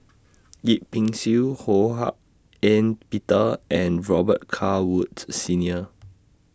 Yip Pin Xiu Ho Hak Ean Peter and Robet Carr Woods Senior